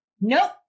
nope